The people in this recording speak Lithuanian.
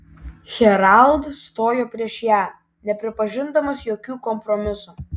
herald stojo prieš ją nepripažindamas jokių kompromisų